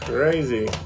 Crazy